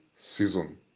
season